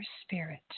spirit